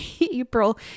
April